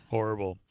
Horrible